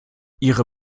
ihre